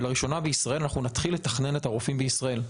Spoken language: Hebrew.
ולראשונה בישראל אנחנו נתחיל לתכנן את הרופאים בישראל.